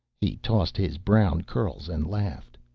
he tossed his brown curls and laughed.